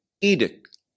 edict